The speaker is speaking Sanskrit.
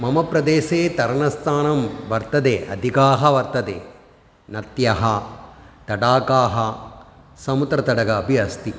मम प्रदेशे तरणस्थानं वर्तन्ते अधिकाः वर्तन्ते नद्यः तडागाः समुद्रतटः अपि अस्ति